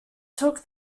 took